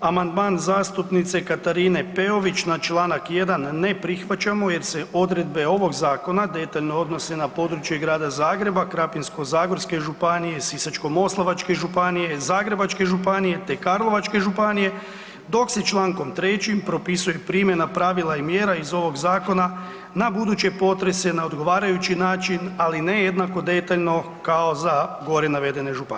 Amandman zastupnice Katarine Peović na čl. 1 ne prihvaćamo jer se odredbe ovog zakona detaljno odnose na područje Grada Zagreba, Krapinsko-zagorske županije, Sisačko-moslavačke županije, Zagrebačke županije te Karlovačke županije, dok se čl. 3. propisuje primjena pravila i mjera iz ovog zakona na buduće potrese na odgovarajući način, ali ne jednako detaljno kao za gore navedene županije.